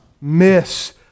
miss